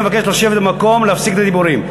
אני מבקש לשבת במקום ולהפסיק את הדיבורים.